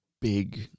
Big